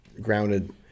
grounded